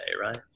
right